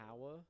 power